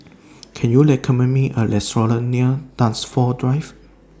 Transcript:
Can YOU recommend Me A Restaurant near Dunsfold Drive